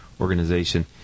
organization